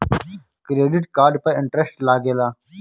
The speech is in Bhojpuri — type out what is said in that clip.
क्रेडिट कार्ड पर इंटरेस्ट लागेला?